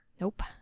Nope